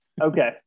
Okay